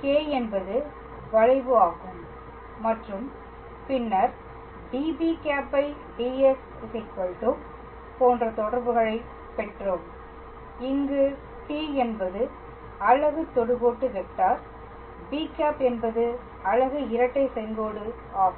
k என்பது வளைவு ஆகும் மற்றும் பின்னர் db̂ds போன்ற தொடர்புகளைப் பெற்றோம் இங்கு t என்பது அலகு தொடுகோட்டு வெக்டார் b̂ என்பது அலகு இரட்டை செங்கோடு ஆகும்